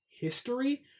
history